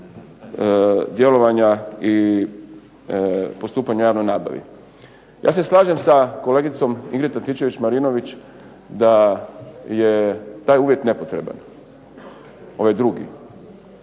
djelovanja i postupanja u javnoj nabavi. Ja se slažem sa kolegicom Ingrid Antičević Marinović da je taj uvjet nepotreban, ovaj drugi.